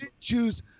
choose